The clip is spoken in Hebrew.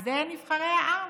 אז זה נבחרי העם.